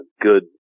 good